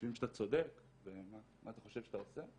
חושבים שאתה צודק ומה אתה חושב שאתה עושה.